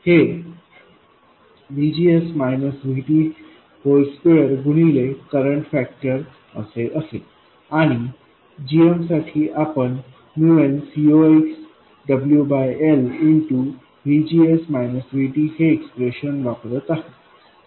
तर हे 2गुणिले करंट फॅक्टर असे असेल आणि gm साठी आपण n CoxwL हे एक्सप्रेशन वापरत आहोत